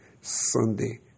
Sunday